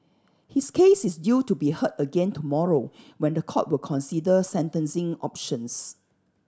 his case is due to be heard again tomorrow when the court will consider sentencing options